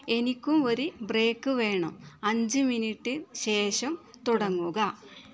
എനിക്കു ഒരു ബ്രേക്ക് വേണം അഞ്ച് മിനിറ്റ് ശേഷം തുടങ്ങുക